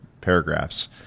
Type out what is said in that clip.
paragraphs